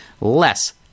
less